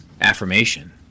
affirmation